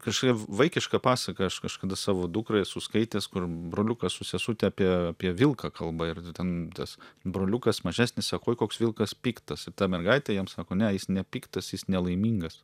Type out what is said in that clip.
kažkokia vaikiška pasaka aš kažkada savo dukrai esu skaitęs kur broliukas su sesute apie apie vilką kalba ir ten tas broliukas mažesnis sako oi koks vilkas piktas ir ta mergaitė jam sako ne jis nepiktas jis nelaimingas